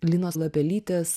linos lapelytės